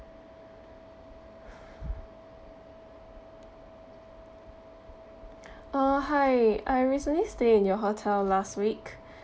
uh hi I recently stay in your hotel last week